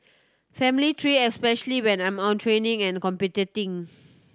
family tree especially when I'm on training and competing